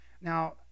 Now